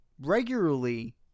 regularly